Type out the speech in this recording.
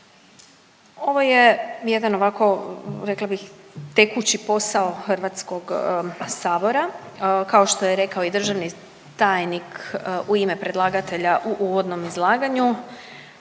Ovo je jedan ovako rekla bih tekući posao Hrvatskog sabora. Kao što je rekao i državni tajnik u ime predlagatelja u uvodnom izlaganju